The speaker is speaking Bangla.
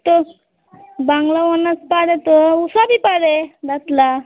তো বাংলা অনার্স আরে তো সবই পারে বাতলা